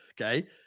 Okay